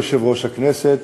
אדוני יושב-ראש הכנסת,